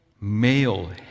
male